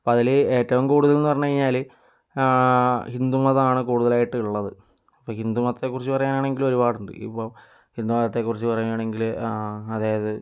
അപ്പോൾ അതില് ഏറ്റവും കൂടുതലെന്ന് പറഞ്ഞു കഴിഞ്ഞാല് ഹിന്ദുമതമാണ് കൂടുതലായിട്ട് ഉള്ളത് ഇപ്പോൾ ഹിന്ദുമതത്തെക്കുറിച്ച് പറയാനാണെങ്കിൽ ഒരുപാടുണ്ട് ഇപ്പോൾ ഹിന്ദുമതത്തെക്കുറിച്ച് പറയാനാണെങ്കിൽ അതായത്